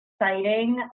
exciting